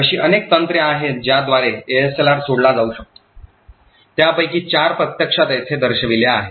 अशी अनेक तंत्रे आहेत ज्यांच्याद्वारे एएसएलआर सोडला जाऊ शकतो त्यापैकी चार प्रत्यक्षात येथे दर्शविल्या आहेत